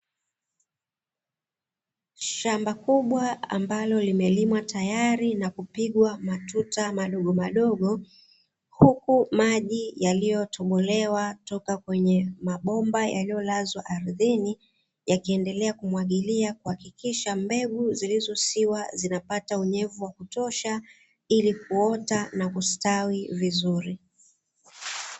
Shamba kubwa ambalo limelimwa tayari na kupigwa matuta madogomadogo, huku maji yaliyotobolewa toka kwenye mabomba yaliyolazwa ardhini, yakiendelea kumwagilia kuhakikisha mbegu zilizosiwa zinapata unyevu wa kutosha, ili kuota na kustawi vizuri.